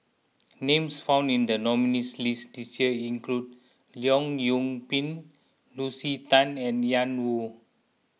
names found in the nominees' list this year include Leong Yoon Pin Lucy Tan and Ian Woo